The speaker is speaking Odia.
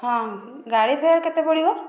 ହଁ ଗାଡ଼ି ଫେୟାର କେତେ ପଡ଼ିବ